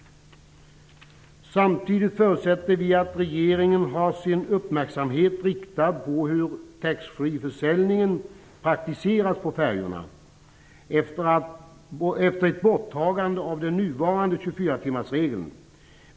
Samtidigt förutsätter vi att regeringen har sin uppmärksamhet riktad på hur taxfree-försäljnigen praktiseras på färjorna efter ett borttagande av den nuvarande 24-timmarsregeln.